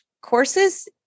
courses